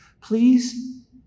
Please